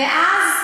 ואז